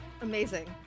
Amazing